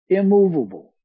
immovable